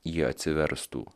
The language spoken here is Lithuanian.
jie atsiverstų